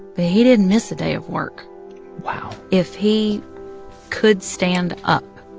but he didn't miss a day of work wow if he could stand up,